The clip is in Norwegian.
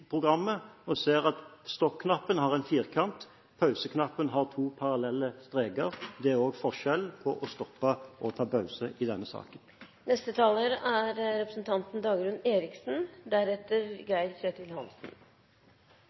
musikkprogrammet og ser at stoppknappen har en firkant og pauseknappen to parallelle streker. Det er også forskjellen på å stoppe og å ta pause i denne saken.